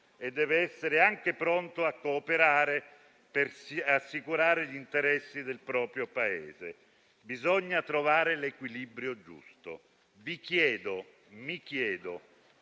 si deve essere anche pronti a cooperare per assicurare gli interessi del proprio Paese. Bisogna trovare l'equilibrio giusto. Vi chiedo e mi chiedo